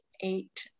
eight